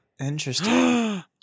interesting